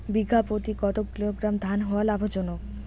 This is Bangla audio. বিঘা প্রতি কতো কিলোগ্রাম ধান হওয়া লাভজনক?